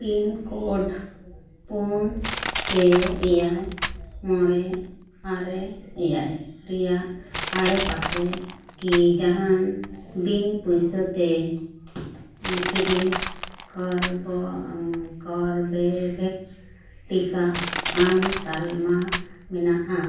pin code ᱯᱩᱱ ᱯᱮ ᱮᱭᱟᱭ ᱢᱚᱬᱮ ᱟᱨᱮ ᱮᱭᱟᱭ ᱨᱮᱱᱟᱜ ᱟᱲᱮᱯᱟᱥᱮ ᱠᱤ ᱡᱟᱦᱟᱱ ᱵᱤᱱ ᱯᱚᱭᱥᱟᱛᱮ ᱯᱷᱨᱤ ᱠᱚᱨᱵᱮᱵᱷᱮᱠᱥ ᱴᱤᱠᱟ ᱧᱟᱢ ᱛᱟᱞᱢᱟ ᱢᱮᱱᱟᱜᱼᱟ